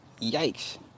yikes